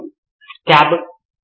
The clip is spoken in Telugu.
నితిన్ కురియన్ నిజమే